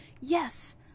Yes